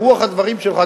ברוח הדברים שלך,